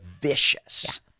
vicious